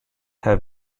have